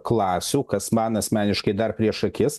klasių kas man asmeniškai dar prieš akis